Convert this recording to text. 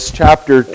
chapter